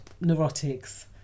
neurotics